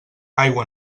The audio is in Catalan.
aigua